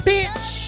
Bitch